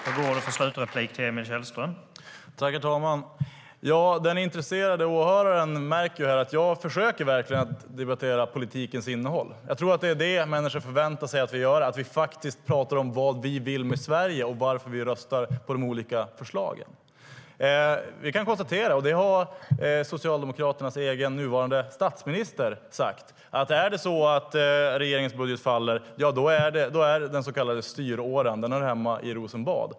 Herr talman! Den intresserade åhöraren märker att jag verkligen försöker debattera politikens innehåll. Jag tror att det är det människor förväntar sig att vi gör, alltså att vi faktiskt pratar om vad vi vill med Sverige och varför vi röstar på de olika förslagen. Vi kan konstatera - och det har Socialdemokraternas egen, nuvarande, statsminister sagt - att den så kallade styråran hör hemma i Rosenbad om regeringens budget faller.